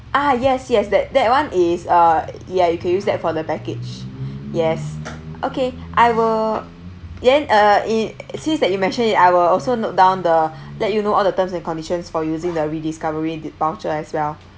ah yes yes that that [one] is uh ya you can use that for the package yes okay I will then uh it it since that you mentioned it I will also note down the let you know all the terms and conditions for using the rediscovery voucher as well